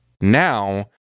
Now